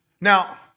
Now